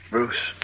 Bruce